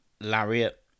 lariat